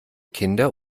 kinder